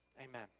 amen